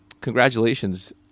Congratulations